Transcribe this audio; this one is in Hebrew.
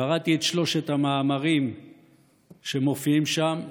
קראתי את שלושת המאמרים שמופיעים שם.